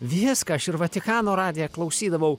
viską aš ir vatikano radiją klausydavau